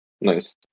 Nice